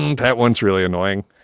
um that one's really annoying?